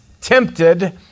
tempted